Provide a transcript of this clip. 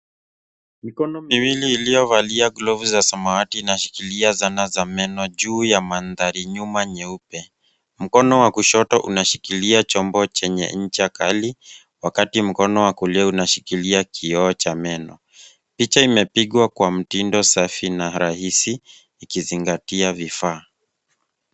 Mikono miwili iliyovalia glovu za samawati inashikilia zana za meno juu ya mandhari nyuma nyeupe. Mkono wa kushoto unashikilia chombo chenye ncha kali, wakati mkono wa kulia unashikilia kioo cha meno. Picha imepigwa kwa mtindo safi na rahisi ,ikizingatia vifaa.